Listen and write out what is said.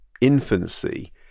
infancy